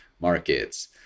markets